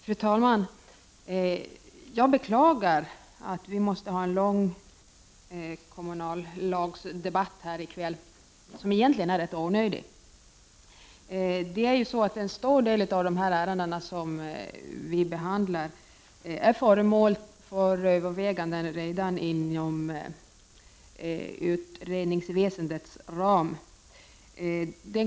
Fru talman! Jag beklagar att vi måste föra en lång kommunallagsdebatt här i kväll som egentligen är rätt onödig. En stor del av de ärenden som vi nu behandlar är föremål för överväganden inom utredningsväsendets ram.